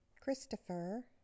Christopher